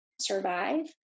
survive